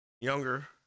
Younger